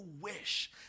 wish